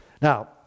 Now